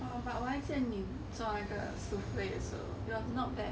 but 我还记得你做那个 souffle 的时候 it was not bad